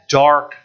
dark